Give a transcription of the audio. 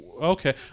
Okay